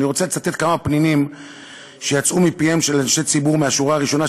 אני רוצה לצטט כמה פנינים שיצאו מפיהם של אנשי ציבור מהשורה הראשונה,